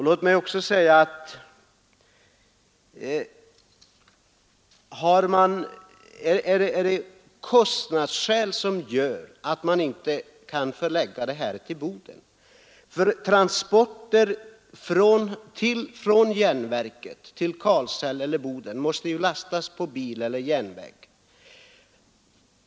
Låt mig också påpeka följande för den händelse att det är kostnadsskäl som gör att man inte kan förlägga företaget till Boden. För transporter från järnverket till Karlshäll eller Boden måste ju råvarorna lastas in på bil eller järnväg.